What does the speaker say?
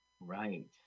right